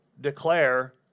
declare